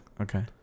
Okay